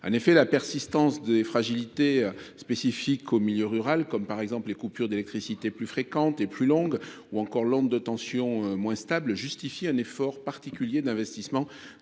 En effet, la persistance des fragilités spécifiques au milieu rural, comme les coupures d’électricité plus fréquentes et plus longues ou encore l’onde de tension moins stable, justifie un effort particulier d’investissement